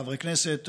חברי כנסת,